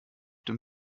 dem